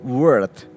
worth